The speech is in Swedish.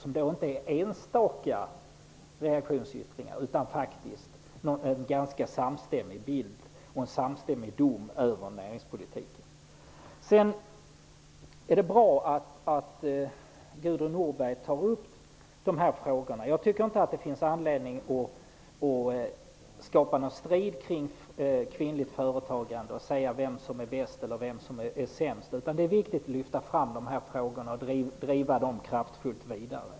Det är inte fråga om enstaka reaktionsyttringar utan faktiskt om en ganska samstämmig dom över näringspolitiken. Det är bra att Gudrun Norberg tar upp frågor om kvinnligt företagande. Jag tycker inte att det finns anledning att skapa strid kring detta och säga vem som är bäst eller vem som är sämst, utan det är viktigt att lyfta fram frågorna och driva dem kraftfullt vidare.